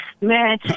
Man